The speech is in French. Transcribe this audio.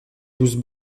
douze